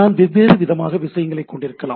நான் வெவ்வேறு விதமான விஷயங்களைக் கொண்டிருக்கலாம்